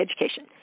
education